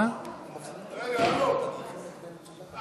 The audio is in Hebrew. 64) (הרחבת הזכאות לטיפולי שיניים למבוטח עם שיתוק מוחין),